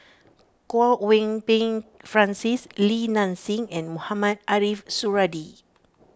Kwok Peng Kin Francis Li Nanxing and Mohamed Ariff Suradi